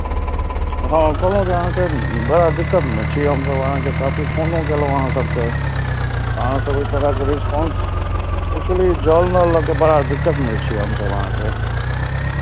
हँ कहलहुँ जे अहाँके बड़ा दिक्कतमे छी हमसभ अहाँके काफी फोनो कयलहुँ अहाँ सभकेँ अहाँसभ ओहि तरहके रिस्पौंस एक्चुअली जल नल लऽ कऽ बड़ा दिक्कतमे छी हमसभ अहाँके